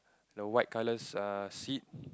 the white colours err seat